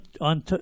on